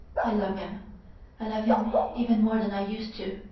i love him i love him even more than i used to.